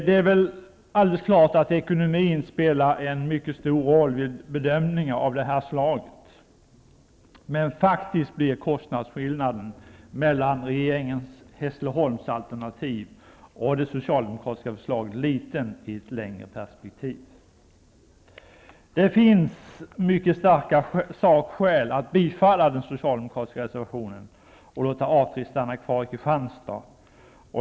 Det är väl alldeles klart att ekonomin spelar en mycket stor roll vid bedömningar av det här slaget. Men kostnadsskillnaden mellan regeringens Hässleholmsalternativ och det socialdemokratiska förslaget blir faktiskt liten i ett längre perspektiv. Det finns mycket starka sakskäl för att bifalla den socialdemokratiska reservationen och låta A 3 stanna kvar i Kristianstad.